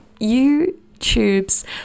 YouTube's